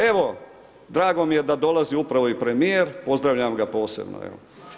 Evo, drago mi je da dolazi upravo i premijer, pozdravljam ga posebno evo.